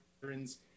veterans